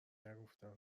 نگفتن